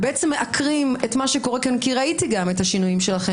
ומעקרים בעצם את מה שקורה פה כי ראיתי את השינויים שלכם.